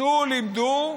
צאו ולמדו,